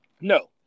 No